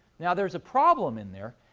now, there's a problem in there,